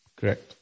Correct